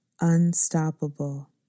unstoppable